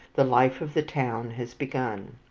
the life of the town has begun.